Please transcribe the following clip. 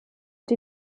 die